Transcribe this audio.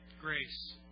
grace